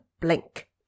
blink